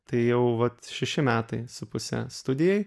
tai jau vat šeši metai su puse studijai